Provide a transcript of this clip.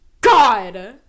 God